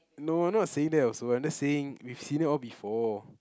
no not saying that also I'm just saying we've seen it all before